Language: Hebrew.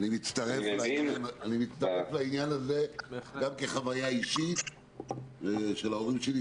אני מצטרף לעניין הזה גם כחוויה אישית של ההורים שלי,